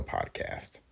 Podcast